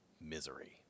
misery